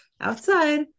outside